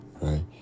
right